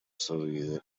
sorrise